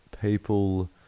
people